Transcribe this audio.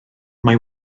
mae